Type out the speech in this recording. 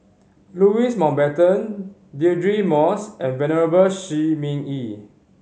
Louis Mountbatten Deirdre Moss and Venerable Shi Ming Yi